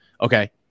okay